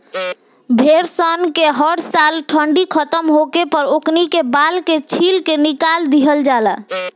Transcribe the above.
भेड़ सन के हर साल ठंडी खतम होखे पर ओकनी के बाल के छील के निकाल दिहल जाला